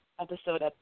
episode